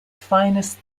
finest